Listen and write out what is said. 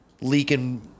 Leaking